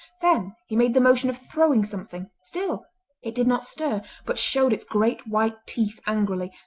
then he made the motion of throwing something. still it did not stir, but showed its great white teeth angrily,